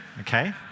okay